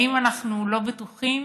האם אנחנו לא בטוחים